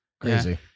Crazy